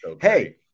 hey